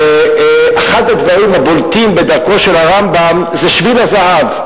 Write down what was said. ואחד הדברים הבולטים בדרכו של הרמב"ם זה שביל הזהב.